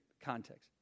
context